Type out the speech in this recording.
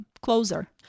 closer